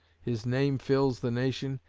his name fills the nation,